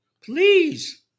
please